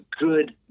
good